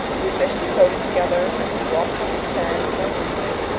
we fished and boated together and we walked on the sands by moonlight.